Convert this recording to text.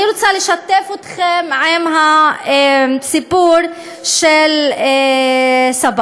אני רוצה לשתף אתכם בסיפור של סבאח.